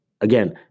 again